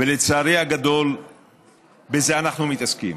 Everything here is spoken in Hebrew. ולצערי הגדול בזה אנחנו מתעסקים.